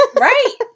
right